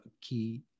key